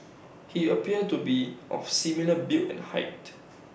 he appears to be of similar build and height